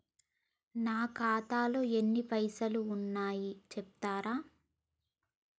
నా ఖాతాలో ఎన్ని పైసలు ఉన్నాయి చెప్తరా?